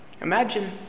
Imagine